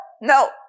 no